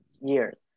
years